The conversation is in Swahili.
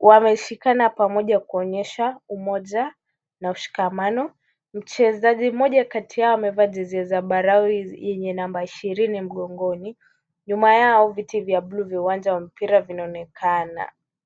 Wameshikana pamoja kuonyesha umoja na ushikamano. Mchezaji mmoja kati yao amevaa jezi ya zambarau yenye namba ishirini mgongoni. Nyuma yao viti vya bluu vya uwanja wa mpira vinaonekana.